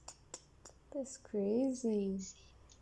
that's crazy